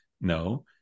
No